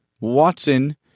Watson